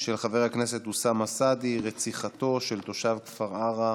של חבר הכנסת אוסאמה סעדי: רציחתו של תושב כפר עארה